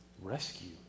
Rescue